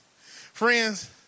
Friends